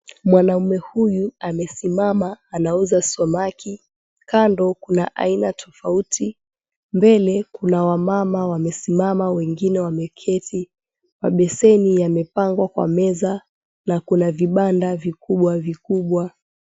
Mwanaume huyu amesimama anauza samaki. Kando kuna aina tofauti, mbele kuna wamama wamesimama wengine wameketi. Mabeseni yamepangwa kwa meza na kuna vibanda vikubwa vikubwa.